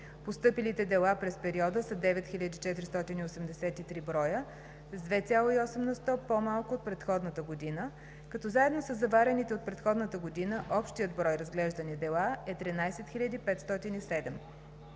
Постъпилите дела през периода са 9483 броя – с 2,8 на сто по-малко от предходната година, като заедно със заварените от предходната година общият брой разглеждани дела е 13 507.